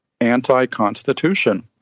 anti-constitution